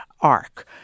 arc